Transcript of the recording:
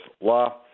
law